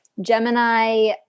Gemini